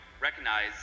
recognize